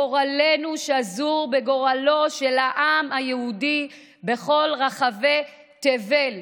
גורלנו שזור בגורלו של העם היהודי בכל רחבי תבל,